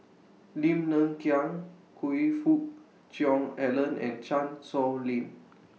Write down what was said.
Lim Hng Kiang Choe Fook Cheong Alan and Chan Sow Lin